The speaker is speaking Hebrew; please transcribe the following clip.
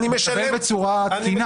וזה בצורה תקינה.